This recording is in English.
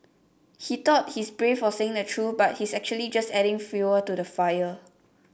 he thought he's brave for saying the truth but he's actually just adding fuel to the fire